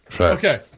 Okay